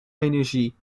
energie